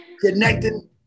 Connecting